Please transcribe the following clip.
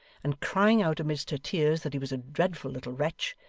and crying out amidst her tears that he was a dreadful little wretch,